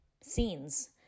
scenes